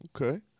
Okay